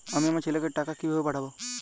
আমি আমার ছেলেকে টাকা কিভাবে পাঠাব?